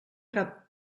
cap